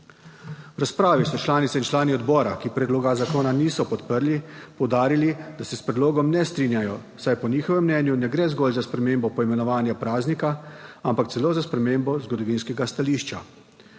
V razpravi so članice in člani odbora, ki predloga zakona niso podprli, poudarili, da se s predlogom ne strinjajo, saj po njihovem mnenju ne gre zgolj za spremembo poimenovanja praznika, ampak celo za spremembo zgodovinskega stališča.